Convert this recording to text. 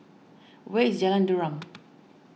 where is Jalan Derum